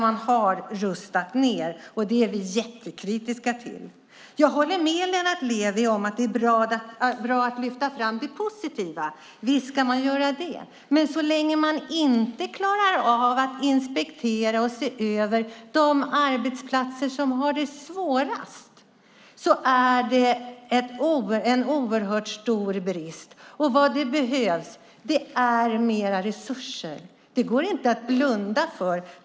Man har rustat ned. Det är vi jättekritiska till. Jag håller med Lennart Levi om att det är bra att lyfta fram det positiva. Visst ska man göra det. Men så länge man inte klarar av att inspektera och se över de arbetsplatser som har det svårast är det en oerhört stor brist. Vad som behövs är mer resurser. Det går inte att blunda för.